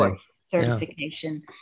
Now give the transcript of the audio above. certification